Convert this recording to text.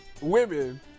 women –